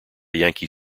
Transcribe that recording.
yankee